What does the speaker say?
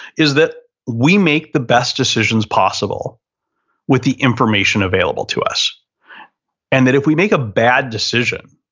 is that we make the best decisions possible with the information available to us and that if we make a bad decision,